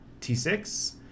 T6